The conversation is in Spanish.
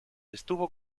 estuvo